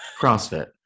CrossFit